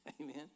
Amen